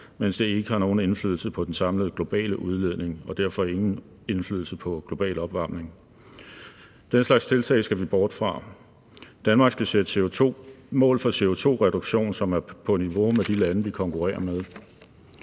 mens det ikke har nogen indflydelse på den samlede globale udledning og derfor ingen indflydelse på global opvarmning. Den slags tiltag skal vi bort fra. Danmark skal sætte mål for CO2,som er på niveau med de lande, vi konkurrerer med.